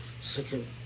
second